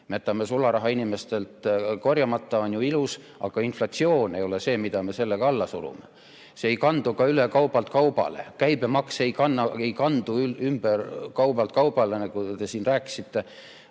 jätame sularaha inimestelt korjamata, see on ju ilus, aga inflatsioon ei ole see, mida me sellega alla surume. See ei kandu ka üle kaubalt kaubale, käibemaks ei kandu üle kaubalt kaubale, nagu te siin rääkisite,